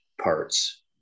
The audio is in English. parts